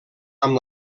amb